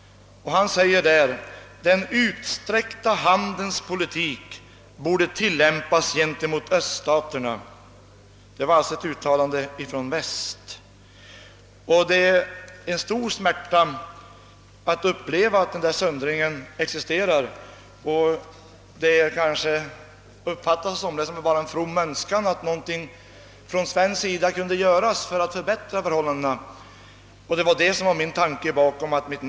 Det heter där att »den utsträckta handens politik» borde tillämpas gentemot öststaterna. Det var alltså ett uttalande som gjordes från västsidan. Det är med stor smärta man upplever den söndring som existerar mellan Östtyskland och Västtyskland. Många uppfattar det kanske bara som en from önskan att någonting skulle kunna göras från svensk sida för att förbättra förhållandena. Att mitt namn står på motionen beror just på att jag vill att något verkligen.